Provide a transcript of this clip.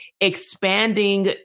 expanding